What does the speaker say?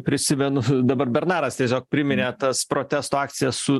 prisimenu dabar bernaras tiesiog priminė tas protesto akcija su